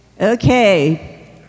Okay